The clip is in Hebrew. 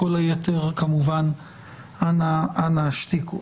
כל היתר, כמובן נא להשתיק.